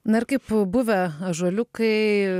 na ir kaip buvę ąžuoliukai